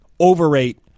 overrate